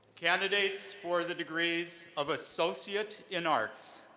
candidates for the degrees of associate in arts,